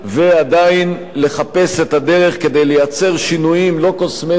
ועדיין לחפש את הדרך כדי לייצר שינויים לא קוסמטיים,